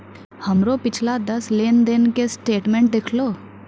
हमरो पिछला दस लेन देन के स्टेटमेंट देहखो